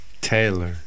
Taylor